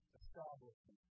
establishment